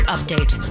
update